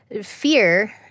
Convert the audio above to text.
fear